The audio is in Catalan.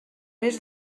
mes